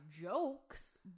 jokes